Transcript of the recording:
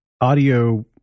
audio